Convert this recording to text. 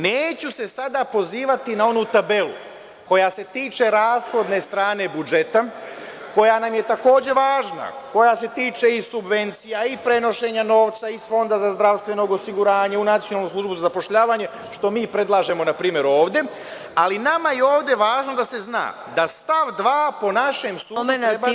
Neću se sada pozivati na onu tabelu koja se tiče rashodne strane budžeta, koja nam je takođe važna, koja se tiče i subvencija i prenošenja novca iz Fonda za zdravstveno osiguranje u Nacionalnu službu za zapošljavanje, što mi predlažemo npr. ovde, ali nama je ovde važno da se zna da stav 2. po našem sudu treba da se menja.